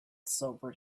sobered